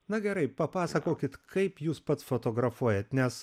na gerai papasakokit kaip jūs pats fotografuojat nes